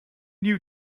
new